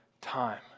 time